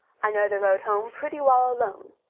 i know the road home pretty well alone.